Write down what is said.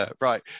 right